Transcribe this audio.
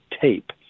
tape